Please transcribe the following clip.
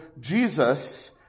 Jesus